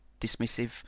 dismissive